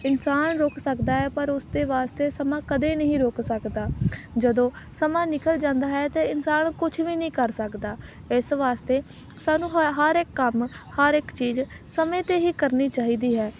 ਇਨਸਾਨ ਰੁਕ ਸਕਦਾ ਹੈ ਪਰ ਉਸਦੇ ਵਾਸਤੇ ਸਮਾਂ ਕਦੇ ਨਹੀਂ ਰੁਕ ਸਕਦਾ ਜਦੋਂ ਸਮਾਂ ਨਿਕਲ ਜਾਂਦਾ ਹੈ ਤਾਂ ਇਨਸਾਨ ਕੁਛ ਵੀ ਨਹੀਂ ਕਰ ਸਕਦਾ ਇਸ ਵਾਸਤੇ ਸਾਨੂੰ ਹ ਹਰ ਇੱਕ ਕੰਮ ਹਰ ਇੱਕ ਚੀਜ਼ ਸਮੇਂ 'ਤੇ ਹੀ ਕਰਨੀ ਚਾਹੀਦੀ ਹੈ